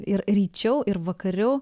ir ryčiau ir vakariau